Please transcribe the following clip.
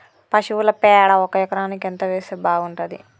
పశువుల పేడ ఒక ఎకరానికి ఎంత వేస్తే బాగుంటది?